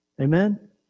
Amen